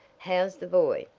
how's the boy?